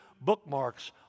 bookmarks